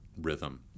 rhythm